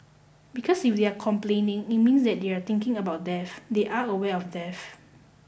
because if they are complaining it means they are thinking about death they are aware of death